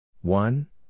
One